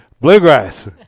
Bluegrass